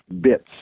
bits